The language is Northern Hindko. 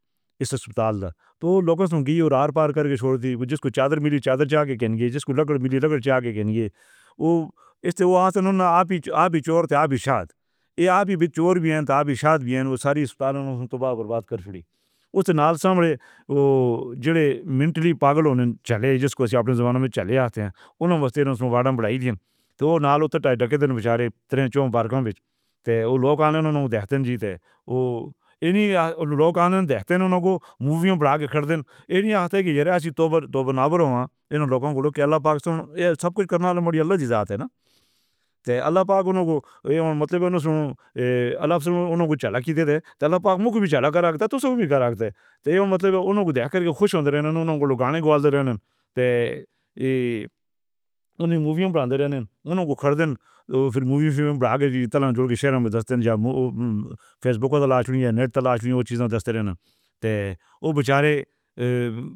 اسپتال کو لوکاں نے گِراوڑ رار پار کر کے چھوڑ دتا۔ جس کو چادر ملی چادر لا کے دیں گے، جس کو لکڑی ملی لکڑی لا کے دیں گے، اوہ استعمال ہونا۔ آپ ہی آپ ہی چور تاں شاید ایہ آپ ہی چور وی ہن تاں آپ ہی شاید وی ہن۔ سارے اسپتال توبہ برباد کر کے چھوڑے، اُس نال سے اُبھرے۔ جو مینٹلی پاگل ہونے چلے۔ جس کو اپنے زمانے وچ چلے عام ہاتھیاں نے اُنہاں کو وستاں جو واڈاں بنائی سی۔ تاں نال اُتر دےکھے بیچارے تن چار بارکاں بیچدے لوکاں دےکھدے ہن اُنہاں کوں مووی بنا کے کھڑے ہوندے ہن کہ جیئں توبرو-توبرو لوکاں کوں اللہ پاک سب کچھ کرن والے اللہ جیات ہے نا۔ اللہ پاک کو مطلب ہونا۔ اللہ ہی اُن کو چلا کھلا دیندے تاں اللہ پاک کو وی چڑھا کے آتا تاں صحیح کراتے تاں ایہ مطلب ہونا کجھ دےکھ کے خوش ہوندے رہنا گانے گا دیندے اتے مووی بناندے رہنا اُن کوں خریدنا اتے پھر مووی بنا کے تلاش دے شہر وچ دےکھدے ہن۔ فیس بک تے تلاش نہیں، نیٹ تلاش نہیں۔ چیزاں نال رہنا اتے بیچارے۔